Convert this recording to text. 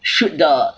should the